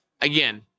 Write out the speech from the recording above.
again